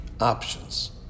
options